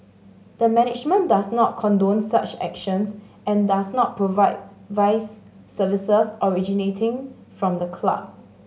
the management does not condone such actions and does not provide vice services originating from the club